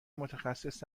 متخصص